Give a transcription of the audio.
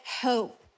hope